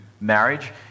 marriage